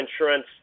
insurance